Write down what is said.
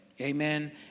Amen